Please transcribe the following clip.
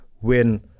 win